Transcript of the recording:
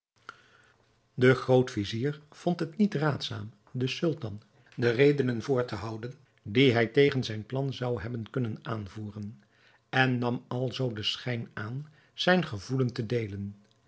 de groot-vizier vond niet raadzaam den sultan de redenen voor te houden die hij tegen zijn plan zou hebben kunnen aanvoeren en nam alzoo den schijn aan zijn gevoelen te deelen